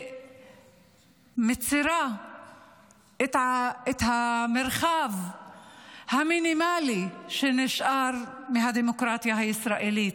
שמצירה את המרחב המינימלי שנשאר מהדמוקרטיה הישראלית,